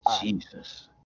Jesus